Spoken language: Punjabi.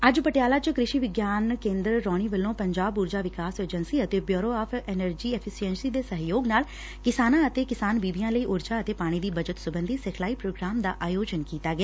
ਅੱਜ ਪਟਿਆਲਾ ਚ ਕ੍ਰਿਸ਼ੀ ਵਿਗਿਆਨ ਕੇਦਰ ਰੌਣੀ ਵੱਲੋ ਪੰਜਾਬ ਊਰਜਾ ਵਿਕਾਸ ਏਜੰਸੀ ਅਤੇ bureau of energy efficiency ਦੇ ਸਹਿਯੋਗ ਨਾਲ ਕਿਸਾਨਾ ਅਤੇ ਕਿਸਾਨ ਬੀਬੀਆ ਲਈ ਉਰਜਾ ਅਤੇ ਪਾਣੀ ਦੀ ਬਚਤ ਸਬੰਧੀ ਸਿਖਲਾਈ ਪ੍ਰੋਗਰਾਮ ਦਾ ਆਯੋਜਨ ਕੀਤਾ ਗਿਆ